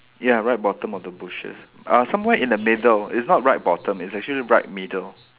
ya right bottom of the bushes uh somewhere in the middle it's not right bottom it's actually right middle